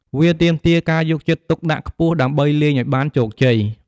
វាទាមទារការយកចិត្តទុកដាក់ខ្ពស់ដើម្បីលេងឲ្យបានជោគជ័យ។